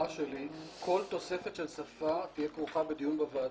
כל תוספת של שפה תהיה כרוכה בדיון בוועדה?